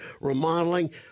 remodeling